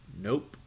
Nope